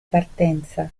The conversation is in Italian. partenza